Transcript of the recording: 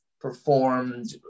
performed